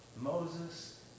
Moses